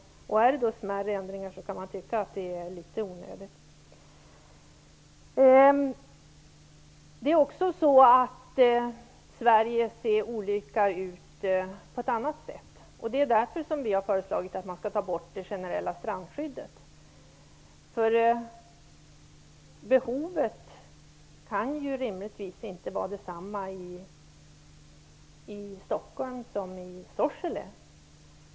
Är det då fråga om smärre ändringar kan man tycka att det här är litet onödigt. Olika delar av Sverige ser olika ut också på ett annat sätt. Det är därför vi har föreslagit att det generella strandskyddet skall tas bort. Behovet att värna om strandskyddet kan rimligtvis inte vara detsamma i Stockholm som i Sorsele.